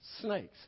Snakes